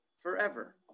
forever